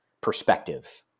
perspective